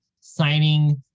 signing